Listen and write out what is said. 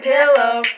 Pillow